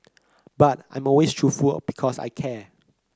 but I'm always truthful because I care